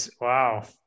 wow